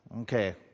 Okay